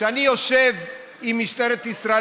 כשאני יושב עם משטרת ישראל,